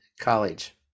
college